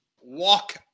walk